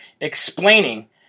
explaining